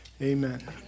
Amen